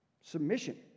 Submission